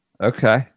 Okay